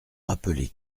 rappeler